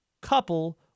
couple